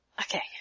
Okay